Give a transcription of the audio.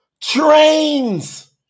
trains